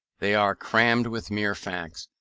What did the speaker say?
they are crammed with mere facts,